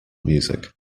music